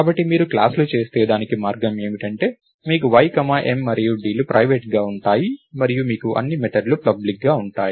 కాబట్టి మీరు క్లాస్ లు చేస్తే దానికి మార్గం ఏమిటంటే మీకు y m మరియు dలు ప్రైవేట్గా ఉంటాయి మరియు మీకు అన్ని మెథడ్లు పబ్లిక్గా ఉంటాయి